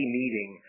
meeting